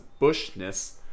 bushness